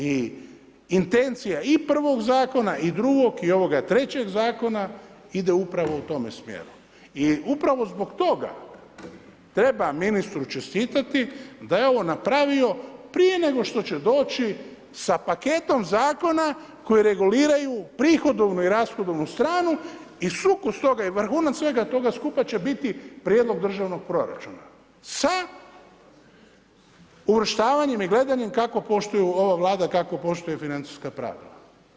I intencija i prvog zakona i drugog i ovog trećeg zakona ide upravo u tome smjeru i upravo zbog toga treba ministru čestitati da je ovo napravio prije nego što će doći sa paketom zakona koji reguliraju prihodovnu i rashodovnu stranu i sukus toga i vrhunac svega toga skupa će biti prijedlog državnog proračuna sa uvrštavanjem i gledanjem kako poštuju ova Vlada kako poštuje financijska pravila.